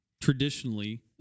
traditionally